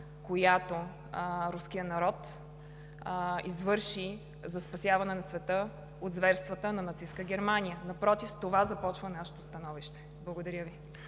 която руският народ извърши за спасяване на света от зверствата на нацистка Германия, напротив, с това започва нашето становище. Благодаря Ви.